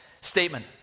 statement